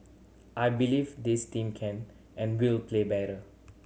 I believe this team can and will play better